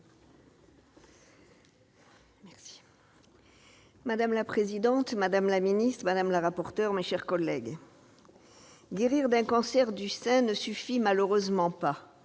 Madame la présidente, madame la ministre, madame la rapporteure, mes chers collègues, guérir d'un cancer du sein ne suffit malheureusement pas.